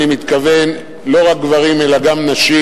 אני מתכוון לא רק גברים אלא גם נשים,